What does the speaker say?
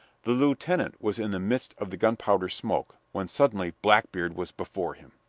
the lieutenant was in the midst of the gunpowder smoke, when suddenly blackbeard was before him.